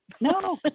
No